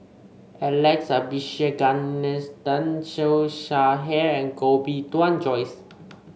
Alex Abisheganaden Siew Shaw Her and Koh Bee Tuan Joyce